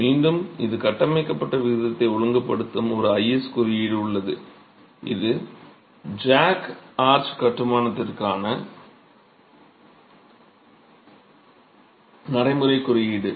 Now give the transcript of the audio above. மீண்டும் இது கட்டமைக்கப்பட்ட விதத்தை ஒழுங்குபடுத்தும் ஒரு IS குறியீடு உள்ளது இது ஜாக் ஆர்ச் கட்டுமானத்திற்கான நடைமுறைக் குறியீடு